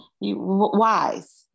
wise